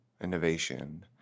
innovation